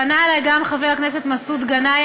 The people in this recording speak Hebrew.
פנה אלי גם חבר הכנסת מסעוד גנאים